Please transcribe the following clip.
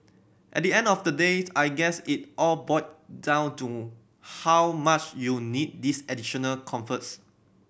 at the end of the date I guess it all boil down to how much you need these additional comforts